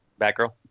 Batgirl